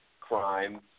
crime